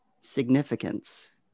significance